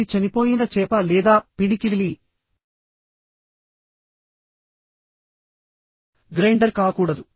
అది చనిపోయిన చేప లేదా పిడికిలి గ్రైండర్ కాకూడదు